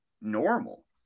normal